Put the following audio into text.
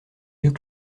yeux